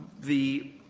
the